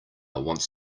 wants